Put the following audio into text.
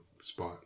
spot